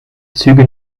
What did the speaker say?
züge